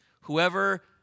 Whoever